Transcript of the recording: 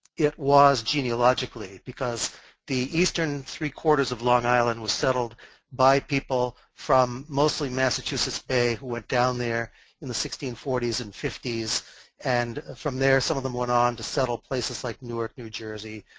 it was genealogically because the eastern three quarters of long island was settled by people from mostly massachusetts bay who went down there in the sixteen forty s and sixteen fifty s and, from there, some of them went on to settle places like newark, new jersey,